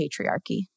patriarchy